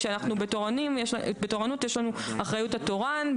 כשאנחנו בתורנות יש לנו אחריות התורן,